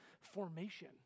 formation